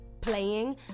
playing